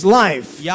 life